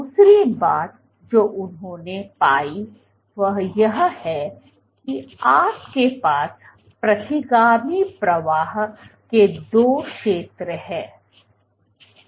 दूसरी बात जो उन्होंने पाई वह यह है कि आपके पास प्रतिगामी प्रवाह के दो क्षेत्र हैं